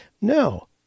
No